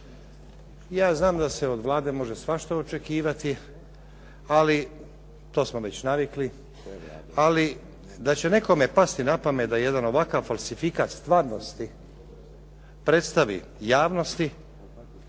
Ja znam da se od Vlade može svašta očekivati, ali to smo već navikli, ali da će nekome pasti na pamet da jedan ovakav falsifikat stvarnosti predstavi javnosti,